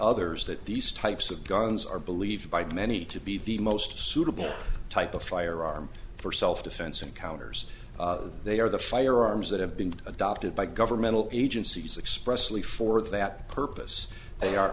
others that these types of guns are believed by many to be the most suitable type of firearm for self defense encounters they are the firearms that have been adopted by governmental agencies expressly for that purpose they are